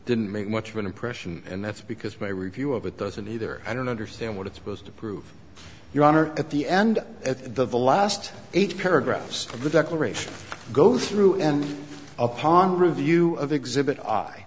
make much of an impression and that's because my review of it doesn't either i don't understand what it's supposed to prove your honor at the end of the last eight paragraphs of the declaration go through and upon review of exhibit i